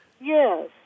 Yes